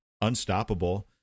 unstoppable